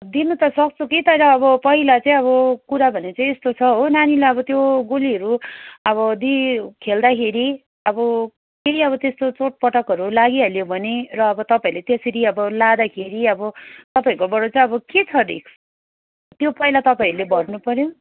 दिनु त सक्छु कि तर अब पहिला चाहिँ अब कुरा भने चाहिँ यस्तो छ हो नानीलाई अब त्यो गोलीहरू अब दी खेल्दाखेरि अब फेरि अब त्यस्तो चोटपटकहरू लागिहाल्यो भने र अब तपाईँहरूले त्यसरी अब लाँदाखेरि अब तपाईँहरूकोबाट चाहिँ अब के छ रिस्क त्यो पहिला तपाईँहरूले भन्नु पऱ्यो